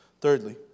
Thirdly